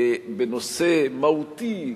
בנושא מהותי,